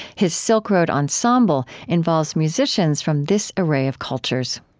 his silk road ensemble involves musicians from this array of cultures